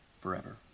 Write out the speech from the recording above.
forever